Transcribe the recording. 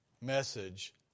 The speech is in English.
message